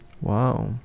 wow